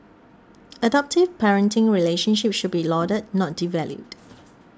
adoptive parenting relationships should be lauded not devalued